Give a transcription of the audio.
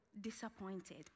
disappointed